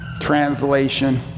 translation